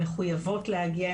הן מחויבות להגיע,